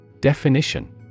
Definition